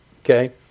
okay